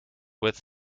with